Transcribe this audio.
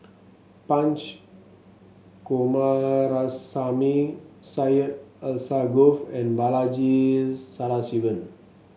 Punch Coomaraswamy Syed Alsagoff and Balaji Sadasivan